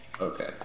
okay